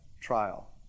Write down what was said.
trial